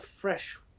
fresh